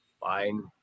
Fine